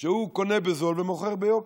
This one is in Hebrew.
שקונה בזול ומוכר ביוקר.